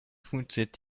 funktioniert